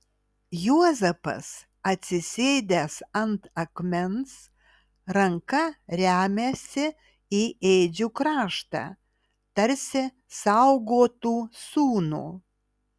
juozapas atsisėdęs ant akmens ranka remiasi į ėdžių kraštą tarsi saugotų sūnų